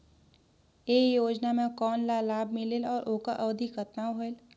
ये योजना मे कोन ला लाभ मिलेल और ओकर अवधी कतना होएल